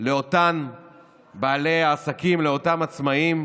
לאותם בעלי עסקים, לאותם עצמאים.